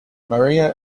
maria